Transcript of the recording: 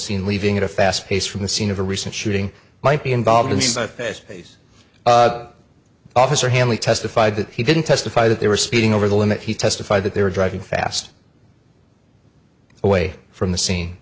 seen leaving at a fast pace from the scene of a recent shooting might be involved in this case officer hanley testified that he didn't testify that they were speeding over the limit he testified that they were driving fast away from the s